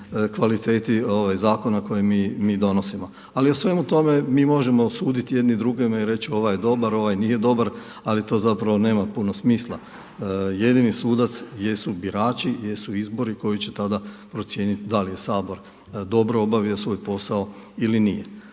kvaliteti zakona koje mi donosimo. Ali o svemu tome mi možemo suditi jedni drugima i reći ovaj je dobar ovaj nije dobar, ali to nema puno smisla. Jedini sudac jesu birači, jesu izbori koji će tada procijeniti da li je Sabor dobro obavio svoj posao ili nije.